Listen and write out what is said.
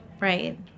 Right